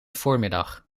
voormiddag